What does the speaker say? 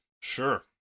Sure